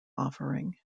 offering